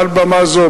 מעל במה זו,